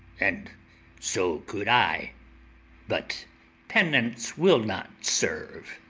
and so could i but penance will not serve.